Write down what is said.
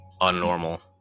unnormal